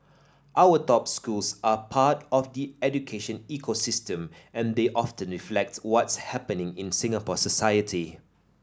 our top schools are part of the education ecosystem and they often reflect what's happening in Singapore society